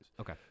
Okay